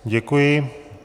Děkuji.